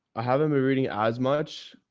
i haven't been reading as much.